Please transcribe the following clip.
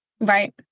Right